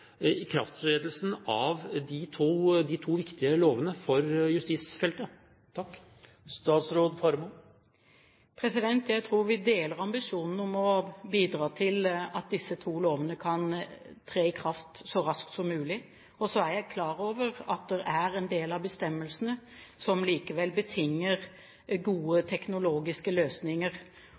for ikrafttredelsen av de to viktige lovene for justisfeltet. Jeg tror vi deler ambisjonen om å bidra til at disse to lovene kan tre i kraft så raskt som mulig. Så er jeg klar over at det er en del av bestemmelsene som betinger gode teknologiske løsninger.